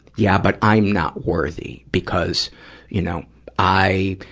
yeah, but i'm not worthy, because you know i